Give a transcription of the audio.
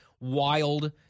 wild